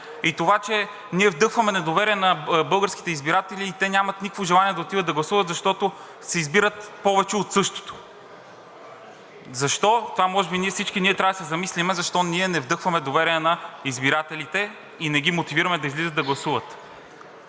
и това, че ние вдъхваме недоверие на българските избиратели и те нямат никакво желание да отидат да гласуват, то е защото си избират повече от същото. Защо? Затова може би всички ние трябва да се замислим защо ние не вдъхваме доверие на избирателите и не ги мотивираме да излизат да гласуват.